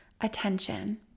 attention